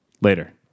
later